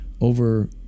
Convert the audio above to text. over